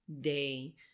day